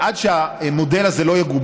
עד שהמודל הזה לא יגובש,